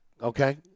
Okay